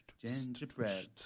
Gingerbread